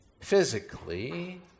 Physically